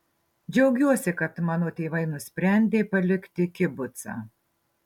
džiaugiuosi kad mano tėvai nusprendė palikti kibucą